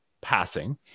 passing